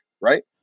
Right